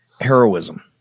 heroism